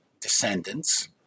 descendants